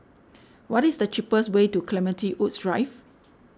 what is the cheapest way to Clementi Woods Drive